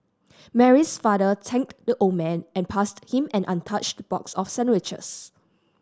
Mary's father thanked the old man and passed him an untouched box of sandwiches